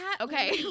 Okay